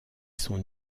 son